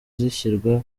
zishyirwa